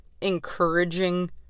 encouraging